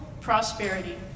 prosperity